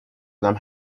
ادم